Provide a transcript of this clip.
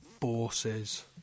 forces